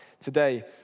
today